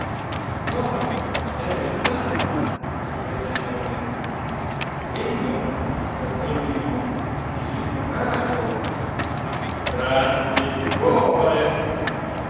no è la verità riprese sciaramè e io per conto mio mi sento onorato grazie di cuore